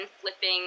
flipping